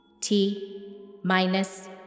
T-minus